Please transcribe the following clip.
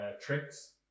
tricks